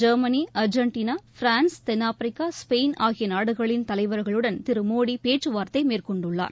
Germany Argentina France தென்னாப்பிரிக்கா Spain ஆகிய நாடுகளின் தலைவர்களுடன் திரு மோடி பேச்சு வார்த்தை மேற்கொண்டுள்ளார்